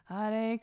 Hare